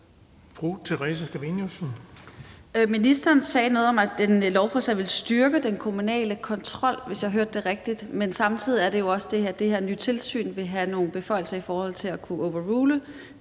Ministeren sagde noget om, at det her lovforslag vil styrke den kommunale kontrol, hvis jeg hørte det rigtigt. Men samtidig er der jo også det, at det her nye tilsyn vil have nogle beføjelser i forhold til at kunne overrule